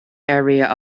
area